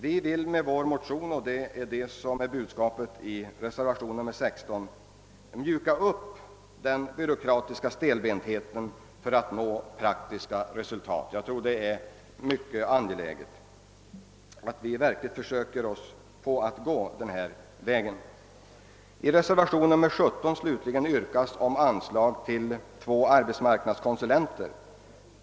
Vi vill med vår motion — och det är det som är budskapet i reservationen nr 16 — mjuka upp den byråkratiska stelbentheten för att nå praktiska resultat. Jag tror det är mycket angeläget att vi prövar denna väg. två arbetsmarknadskonsulenter.